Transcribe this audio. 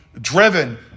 driven